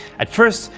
at first,